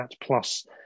plus